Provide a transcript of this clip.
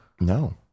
no